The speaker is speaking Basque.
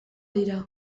dira